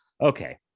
okay